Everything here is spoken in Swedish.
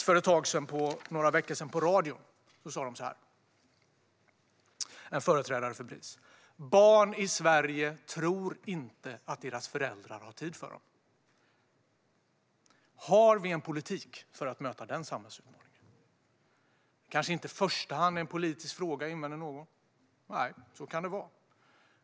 För några veckor sedan hörde jag en företrädare för Bris säga på radio att barn i Sverige inte tror att deras föräldrar har tid för dem. Har vi en politik för att möta den samhällsutmaningen? Någon kanske invänder att det inte är en politisk fråga i första hand. Nej, så kan det vara.